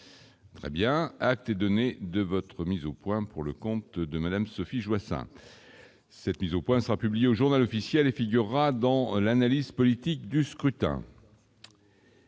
Très bien acter donner de votre mise au point pour le compte de madame Sophie Joissains cette mise au point, sera publié au Journal officiel et figurera dans l'analyse politique du scrutin.